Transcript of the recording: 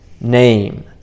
name